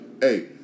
Hey